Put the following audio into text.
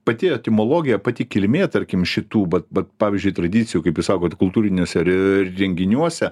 pati etimologija pati kilmė tarkim šitų vat vat vat pavyzdžiui tradicijų kaip jūs sakot kultūriniuose re renginiuose